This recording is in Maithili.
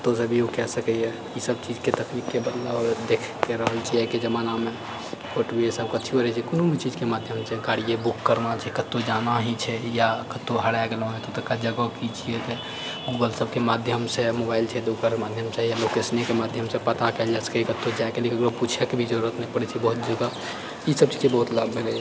कतहुँसँ भी ओ कए सकैए ई सब चीजके तकनीकके बदलाब देखि रहल छिऐ आइके जमानामे फोटुवे सब कथियो रहै छै कोनो भी चीजके माध्यमसँ गाड़िये बुक करना छै कतहुँ जाना ही छै या कतहुँ हराए गेलहुँ तऽ ओतुका जगह की छै गूगल सबके माध्यमसँ मोबाइल छै तऽओकर माध्यमसँ या लोकेशनेके माध्यमसँ पता कएल जा सकैए कतहुँ जाएके लेल ककरो पूछैके भी जरुरत नहि पड़ै छै बहुत जगह ई सब चीजके बहुत लाभ भेलैए